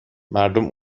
مردم